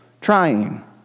Trying